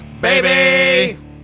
baby